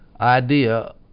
idea